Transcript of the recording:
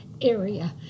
area